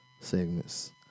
segments